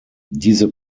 diese